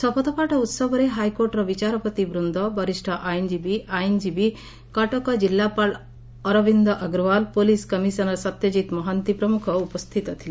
ଶପଥପାଠ ଉହବରେ ହାଇକୋର୍ଟର ବିଚାରପତିବୃନ୍ଦ ବରିଷ ଆଇନଜୀବୀ ଆଇନଜୀବୀ କଟକ ଜିଲ୍ଲାପାଳ ଅରବିନ୍ଦ ଅଗ୍ରଓ୍ୱାଲ ପୋଲିସ୍ କମିଶନର ସତ୍ୟକିତ ମହାନ୍ତି ପ୍ରମୁଖ ଉପସ୍ଥିତ ଥିଲେ